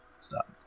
Stop